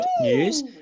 news